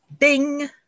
Ding